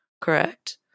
correct